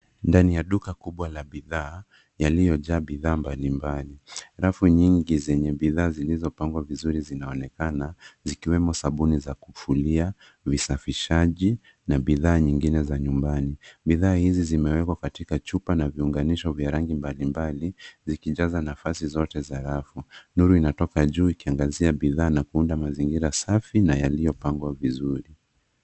Ndani ya duka kubwa la bidhaa yaliyojaa bidhaa mbalimbali. Rafu nyingi zenye bidhaa zilizopangwa vizuri zinaonekana zikiwemo sabuni za kufulia, visafishaji na bidhaa nyingine za nyumbani. Bidhaa hizi zimewekwa katika chupa na viunganisho vya rangi mbalimbali vikijaza nafasi zote za rafu. Nuru inatoka juu ikiangazia bidhaa na kuunda mazingira safi na yaliyopangwa vizuri.